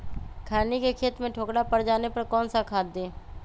खैनी के खेत में ठोकरा पर जाने पर कौन सा खाद दी?